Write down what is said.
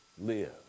live